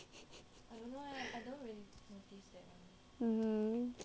mm